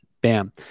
Bam